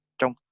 Trong